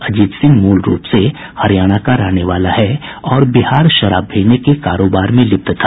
अजीत सिंह मूल रूप से हरियाणा का रहने वाला है और बिहार शराब भेजने के कारोबार में लिप्त था